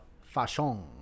fashion